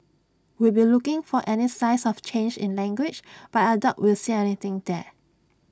we'll be looking for any signs of change in language but I doubt we'll see anything there